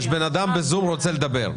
יש אדם שמחכה בזום ורוצה לדבר,